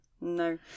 no